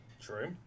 true